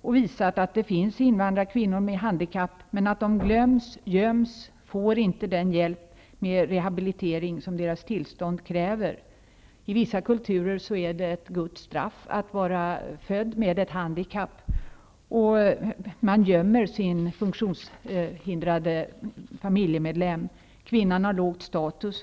som visar att det finns invandrarkvinnor med handikapp, men att dessa kvinnor glöms, göms och inte får den hjälp med rehabilitering som deras tillstånd kräver. I vissa kulturer betraktas det som ett Guds straff när man föds med ett handikapp. Man gömmer sin funktionshindrade familjemedlem. Kvinnan har låg status.